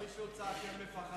אני זוכר שמישהו צעק "הם מפחדים".